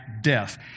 Death